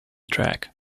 track